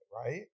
right